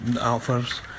offers